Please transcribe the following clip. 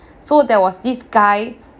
so there was this guy